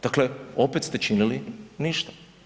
Dakle, opet ste činili ništa.